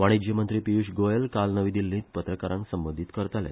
वाणिज्य मंत्री पियूष गोयल काल नवी दिल्लींत पत्रकारांक संबोधीत करताले